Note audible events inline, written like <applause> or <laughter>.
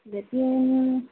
<unintelligible>